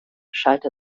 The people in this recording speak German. schallte